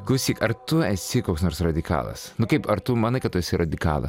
klausyk ar tu esi koks nors radikalas nu kaip ar tu manai kad tu esi radikala